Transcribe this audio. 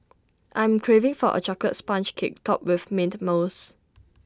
I'm craving for A Chocolate Sponge Cake Topped with Mint Mousse